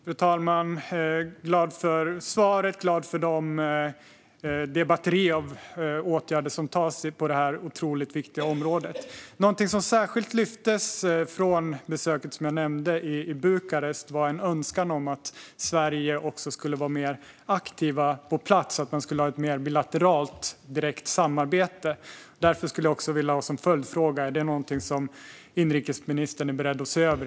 Fru talman! Jag är glad för svaret, och jag är glad för det batteri av åtgärder som vidtas på detta otroligt viktiga område. Något som särskilt lyftes fram vid besöket i Bukarest var en önskan om att Sverige också ska vara mer aktivt på plats, ett mer direkt samarbete bilateralt. Därför skulle jag vilja ställa följdfrågan om det är något som inrikesministern är beredd att se över.